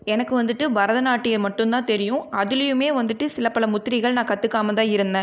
எனக்கு வந்துட்டு பரதநாட்டியம் மட்டுந்தான் தெரியும் அதிலேயுமே வந்துட்டு சில பல முத்திரிகள் நான் கற்றுக்காமதான் இருந்தேன்